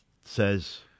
says